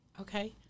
Okay